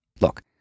Look